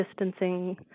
distancing